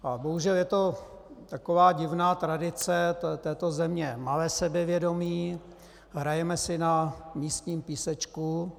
A bohužel je to taková divná tradice této země malé sebevědomí, hrajeme si na místním písečku.